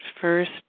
first